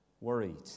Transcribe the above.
worried